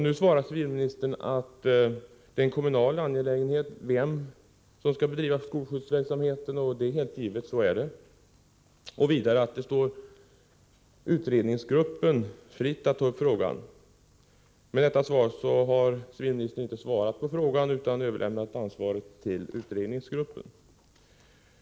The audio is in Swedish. Nu svarar civilministern att frågan om vem som skall bedriva skolskjutsverksamhet är en kommunal angelägenhet, och det är klart att det är så. Vidare säger han att det står utredningsgruppen fritt att ta upp frågan. Med detta svar har civilministern inte svarat på frågan, utan överlämnat ansvaret till utredningsgruppen.